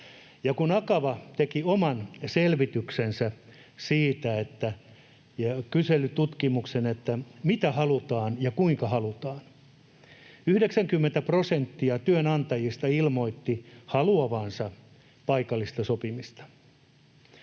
Kun Akava teki oman selvityksensä ja kyselytutkimuksen siitä, mitä halutaan ja kuinka halutaan, niin 90 prosenttia työnantajista ilmoitti haluavansa paikallista sopimista.